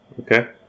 Okay